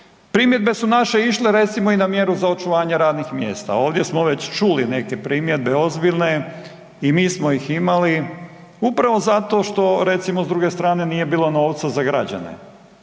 Primjedbe su naše išle recimo i na mjeru za očuvanje radnih mjesta. Ovdje smo već čuli neke primjedbe ozbiljne i mi smo ih imali upravo zato što recimo s druge strane nije bilo novca za građane,